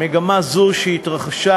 מגמה זו, שהתרחשה